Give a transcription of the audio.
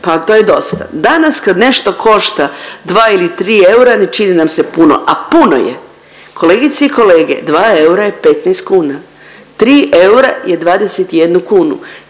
pa to je dosta, danas kad nešto košta 2 ili 3 eura ne čini nam se puno, a puno je. Kolegice i kolege, 2 eura je 15 kuna, 3 eura je 21 kunu.